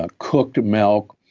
ah cooked milk.